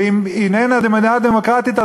ואם היא איננה מדינה דמוקרטית,